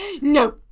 No